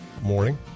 morning